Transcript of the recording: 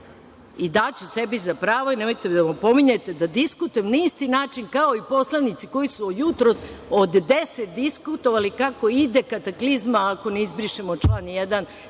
sebi za pravo i nemojte da me opominjete da diskutujem na isti način kao i poslanici koji su od jutros od 10.00 časova diskutovali kako ide kataklizma ako ne izbrišemo član 1.